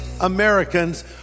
Americans